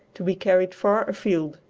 to be carried far afield.